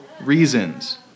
reasons